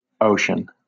Ocean